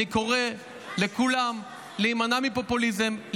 אני קורא לכולם להימנע מפופוליזם,